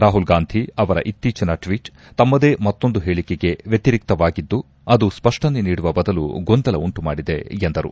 ರಾಹುಲ್ ಗಾಂಧಿ ಅವರ ಇತ್ತೀಚನ ಟ್ವೀಟ್ ತಮ್ದೇ ಮತ್ತೊಂದು ಹೇಳಕೆಗೆ ವ್ನತಿರಿಕ್ತವಾಗಿದ್ದು ಅದು ಸ್ವಷ್ಷನೆ ನೀಡುವ ಬದಲು ಗೊಂದಲ ಉಂಟುಮಾಡಿದೆ ಎಂದರು